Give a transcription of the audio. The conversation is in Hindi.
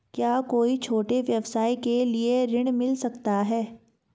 क्या कोई छोटे व्यवसाय के लिए ऋण मिल सकता है?